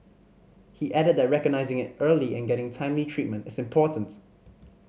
he added that recognising it early and getting timely treatment is important